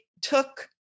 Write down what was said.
took